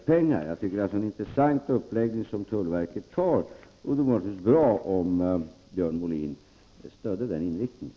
Jag tycker att det är en intressant uppläggning som tullverket har, och det vore naturligtvis bra om Björn Molin stödde den inriktningen.